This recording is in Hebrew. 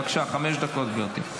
בבקשה, חמש דקות, גברתי.